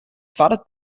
twadde